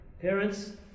Parents